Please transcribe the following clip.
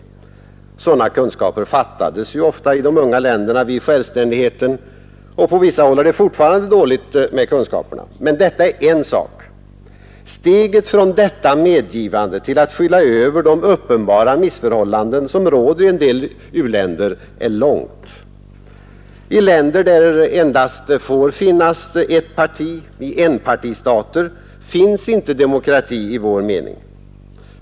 Sådana kunskaper fattades ofta i de unga länderna vid självständigheten, och på vissa håll är det fortfarande dåligt med kunskaperna. Men det är en sak för sig. Steget från detta medgivande till att skyla över de uppenbara missförhållanden som råder i en del u-länder är långt. I länder där det endast får finnas ett parti, i enpartistater, existerar inte demokrati i vår mening.